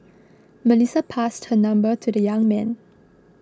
Melissa passed her number to the young man